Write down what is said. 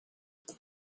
there